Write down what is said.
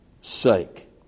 sake